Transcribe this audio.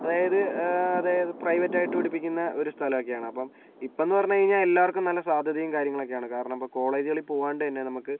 അതായത് അതായത് പ്രൈവറ്റ് ആയിട്ട് പഠിപ്പിക്കുന്ന ഒരു സ്ഥലം ഒക്കെയാണ് അപ്പം ഇപ്പന്ന് പറഞ്ഞു കഴിഞ്ഞാൽ എല്ലാവർക്കും നല്ല സാധ്യതയും കാര്യങ്ങളൊക്കെയാണ് കാരണം ഇപ്പോൾ കോളേജുകളിൽ പോകാണ്ട് തന്നെ നമുക്ക്